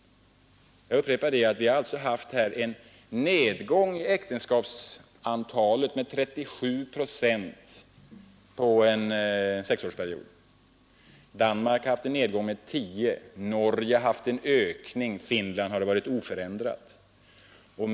Jag upprepar att vi har haft en nedgång i äktenskapsantalet med 37 procent på en sexårsperiod. Danmark har haft en nedgång på 10 procent, Norge har haft en ökning och i Finland har det varit oförändrat.